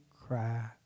cry